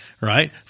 right